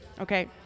Okay